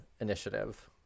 initiative